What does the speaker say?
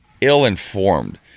ill-informed